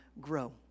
grow